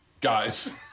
guys